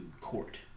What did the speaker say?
court